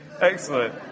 Excellent